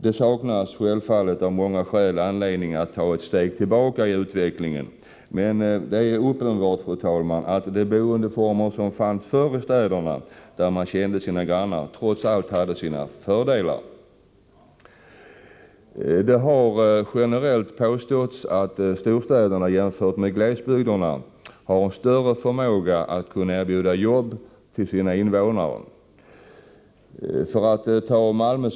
Det saknas av många skäl anledning att ta ett steg tillbaka i utvecklingen, men det är uppenbart att de boendeformer som fanns förr i städerna, där man kände sina grannar, trots allt hade sina fördelar. Det har generellt påståtts att storstäderna i jämförelse med glesbygderna har större förmåga att erbjuda sina innevånare arbetstillfällen.